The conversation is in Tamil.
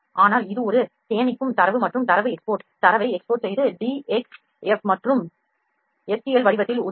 ஆனால் இது ஒரு சேமிக்கும் தரவு மற்றும் தரவு export தரவை export செய்வது DXF மற்றும் STL வடிவத்தில் உதவும்